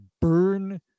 burn